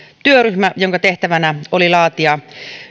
työryhmä jonka tehtävänä oli laatia